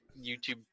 YouTube